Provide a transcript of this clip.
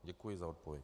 Děkuji za odpověď.